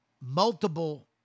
multiple